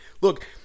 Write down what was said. Look